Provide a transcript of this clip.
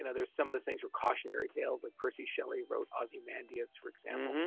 and there's some of the things were cautionary tales, like percy shelley wrote ozymandias for examing